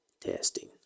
testing